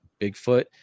bigfoot